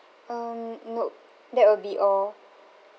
um nope that will be all